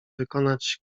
wykonać